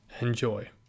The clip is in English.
Enjoy